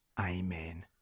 Amen